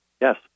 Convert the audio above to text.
Yes